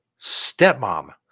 Stepmom